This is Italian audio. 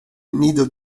nido